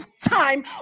time